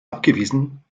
abgewiesen